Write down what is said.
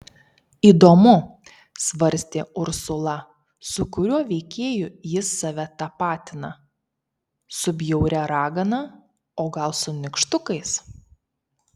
įdomu svarstė ursula su kuriuo veikėju jis save tapatina su bjauria ragana o gal su nykštukais